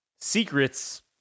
Secrets